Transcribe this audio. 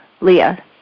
Leah